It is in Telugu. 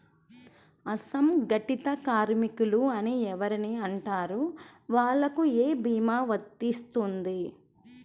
అసంగటిత కార్మికులు అని ఎవరిని అంటారు? వాళ్లకు ఏ భీమా వర్తించుతుంది?